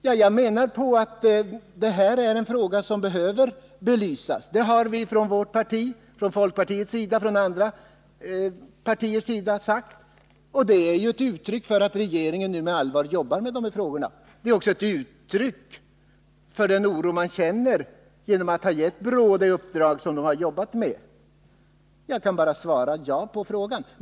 Ja, jag menar att detta är en fråga som ytterligare behöver belysas. Det har folkpartiet och även andra partier i olika sammanhang förklarat. Detta har också kommit till uttryck genom att man inom regeringen jobbar med dessa saker. Den oro man känner har också kommit till uttryck genom att man har givit BRÅ dessa uppdrag. Jag kan alltså svara ja på Bengt Silfverstrands fråga.